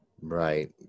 Right